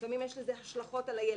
לפעמים יש לזה השלכות על הילד.